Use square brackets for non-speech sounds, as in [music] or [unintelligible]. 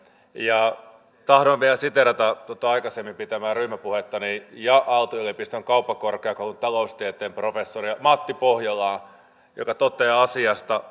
tahdon vielä siteerata aikaisemmin pitämääni ryhmäpuhetta ja aalto yliopiston kauppakorkeakoulun taloustieteen professoria matti pohjolaa joka toteaa asiasta [unintelligible]